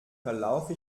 verlaufe